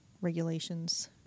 regulations